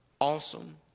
awesome